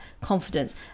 confidence